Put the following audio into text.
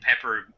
pepper